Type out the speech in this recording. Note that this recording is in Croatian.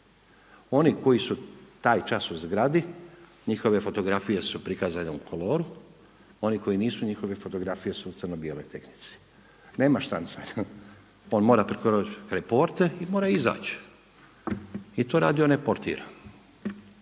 Oni koji su taj čas u zgradi njihove fotografije su prikazane u koloru, oni koji nisu njihove fotografije su u crno bijeloj tehnici, nema štanjcanja. On mora proći preko porte i mora izaći i to radi onaj portir.